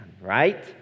right